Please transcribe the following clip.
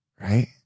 right